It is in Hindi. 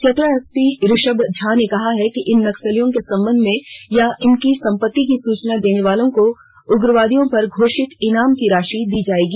चतरा एसपी ऋषभ झा ने कहा है कि इन नक्सलियों के संबंध में या इनके सम्पति की सूचना देने वालों को उग्रवादियों पर घोषित ईनाम की राशि दी जाएगी